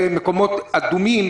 ומקומות אדומים.